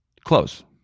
close